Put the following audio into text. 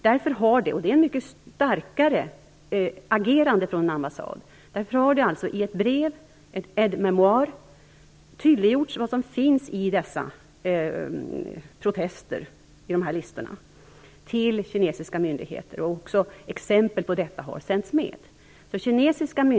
Därför har det i ett brev till kinesiska myndigheter tydliggjorts vad som finns i dessa protestlistor, och exempel på detta har sänts med. Och detta är ett mycket starkare agerande från en ambassad. Kinesiska myndigheter är därför mycket väl medvetna om den här aktionen från många svenskar.